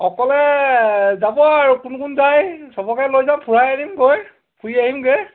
অকলে যাব আৰু কোন কোন যায় চবকে লৈ যাম ফুৰাই আনিম গৈ ফুৰি আহিমগৈ